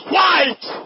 White